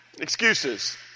excuses